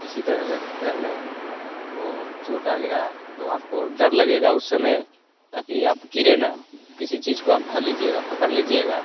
किसी तरह से पैर में वो चोट आ गया तो आपको डर लगेगा उस समय ताकि आप गिरे न किसी चीज को आप धर लीजिएगा पकड़ लीजिएगा